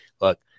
Look